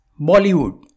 Bollywood